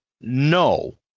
no